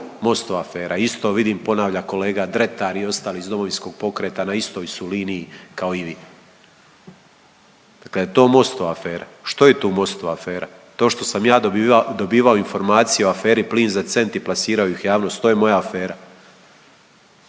MOST-ova afera. Isto vidim ponavlja kolega Dretar i ostali iz Domovinskog pokreta, na istoj su liniji kao i vi. Dakle, jel to MOST-ova afera, što je tu MOST-ova afera? To što sam ja dobivao informacije o aferi plin za cent i plasirao ih u javnost, to je moja afera?